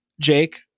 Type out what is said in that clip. Jake